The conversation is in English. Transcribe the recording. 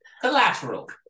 Collateral